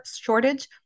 shortage